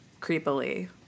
creepily